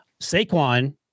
Saquon